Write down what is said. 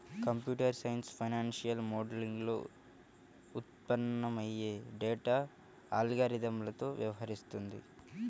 computer science financial మోడలింగ్లో ఉత్పన్నమయ్యే data అల్గారిథమ్లతో వ్యవహరిస్తుంది